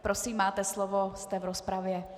Prosím, máte slovo, jste v rozpravě.